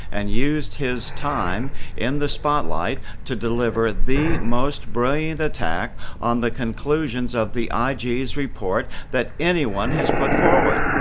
and used his time in the spotlight to deliver the most brilliant attack on the conclusions of the um ig's report that anyone has put forward.